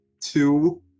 Two